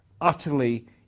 utterly